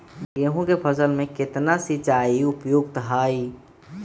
गेंहू के फसल में केतना सिंचाई उपयुक्त हाइ?